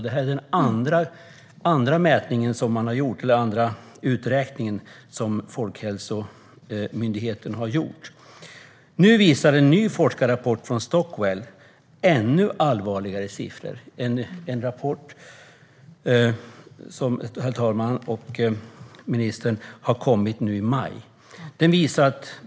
Detta är den andra undersökning av detta som Folkhälsomyndigheten har gjort. En forskarrapport från Stockwell nu i maj visar på ännu allvarligare siffror.